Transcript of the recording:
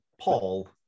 Paul